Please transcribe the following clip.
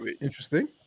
Interesting